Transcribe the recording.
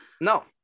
No